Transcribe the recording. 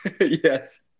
Yes